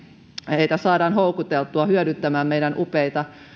heitä saadaan houkuteltua hyödyntämään meidän upeita